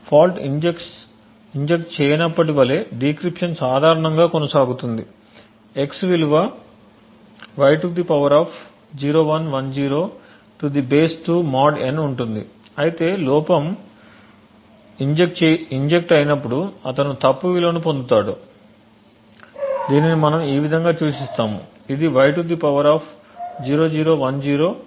fault inject చేయనప్పటి వలే decryption సాధారణంగా కొనసాగుతుంది x విలువ y to power of 0110 to the base 2 mod n ఉంటుంది అయితే ఫాల్ట్ ఇంజెక్ట్ అయినప్పుడు అతను తప్పు విలువను పొందుతాడు దీనిని మనం ఈ విధంగా సూచిస్తాము ఇది y to power of 0010 to base 2 mod n